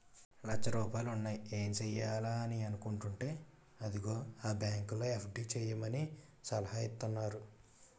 లచ్చ రూపాయలున్నాయి ఏం సెయ్యాలా అని అనుకుంటేంటే అదిగో ఆ బాంకులో ఎఫ్.డి సేసుకోమని సలహా ఇత్తన్నారు